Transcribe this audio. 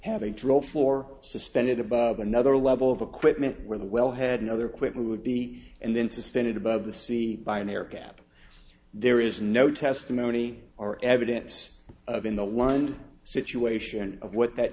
drop for suspended above another level of equipment where the wellhead and other quickly would be and then suspended above the sea by an air gap there is no testimony or evidence of in the wind situation of what that